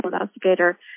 investigator